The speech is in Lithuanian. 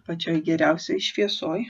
pačioj geriausioj šviesoj